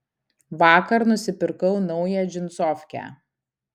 vakar nusipirkau naują džinsofkę